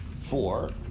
four